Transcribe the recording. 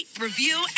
review